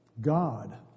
God